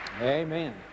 Amen